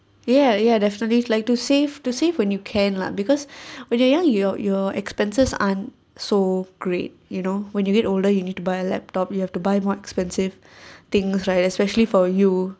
ya ya definitely like to save to save when you can lah because when you're young your your expenses aren't so great you know when you get older you need to buy a laptop you have to buy more expensive things right especially for you